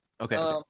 Okay